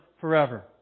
forever